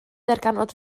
ddarganfod